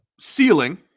ceiling